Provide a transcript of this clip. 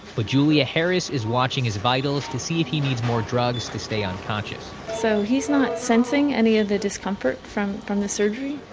but julia harris is watching his vitals to see if he needs more drugs to stay unconscious so, he's not sensing any of the discomfort from from the surgery,